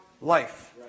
life